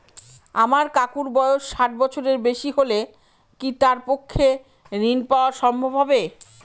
আমার কাকুর বয়স ষাট বছরের বেশি হলে কি তার পক্ষে ঋণ পাওয়া সম্ভব হবে?